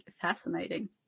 fascinating